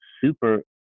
super